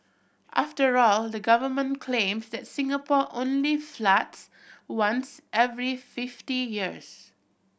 after all the government claims that Singapore only floods once every fifty years